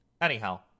Anyhow